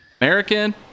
American